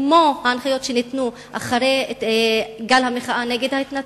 כמו ההנחיות שניתנו אחרי גל המחאה נגד ההתנתקות?